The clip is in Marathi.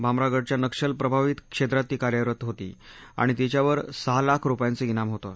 भामरागडच्या नक्षलप्रभावित क्षेत्रात ती कार्यरत होती आणि तिच्यावर सहा लाख रुपयांचं इनाम होतं